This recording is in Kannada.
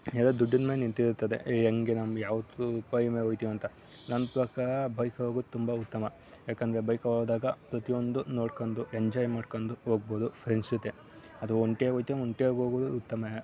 ಎಲ್ಲ ದುಡ್ಡಿನ ಮೇಲೆ ನಿಂತಿರುತ್ತದೆ ಹೇಗೆ ನಮ್ಗೆ ಯಾವತ್ತೂ ಉಪಾಯದ ಮೇಲೆ ಹೊಗ್ತೀವಂತ ನನ್ನ ಪ್ರಕಾರ ಬೈಕಲ್ಲಿ ಹೋಗೋದು ತುಂಬ ಉತ್ತಮ ಏಕೆಂದ್ರೆ ಬೈಕಲ್ಲಿ ಹೋದಾಗ ಪ್ರತಿಯೊಂದು ನೋಡ್ಕೊಂಡು ಎಂಜಾಯ್ ಮಾಡ್ಕೊಂಡು ಹೋಗ್ಬೋದು ಫ್ರೆಂಡ್ಸ್ ಜೊತೆ ಅದು ಒಂಟಿಯಾಗಿ ಹೋಗ್ತೀಯೊ ಒಂಟಿಯಾಗಿ ಹೋಗುವುದು ಉತ್ತಮವೇ